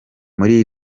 muri